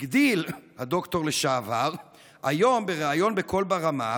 הגדיל לעשות הדוקטור לשעבר היום בריאיון לקול ברמה,